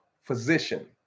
physician